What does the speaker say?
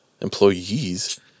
Employees